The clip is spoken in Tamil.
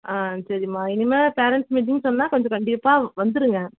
ஆ சரிம்மா இனிமேல் பேரண்ட்ஸ் மீட்டிங்குன்னு சொன்னால் கொஞ்சம் கண்டிப்பாக வந்துடுங்க